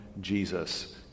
Jesus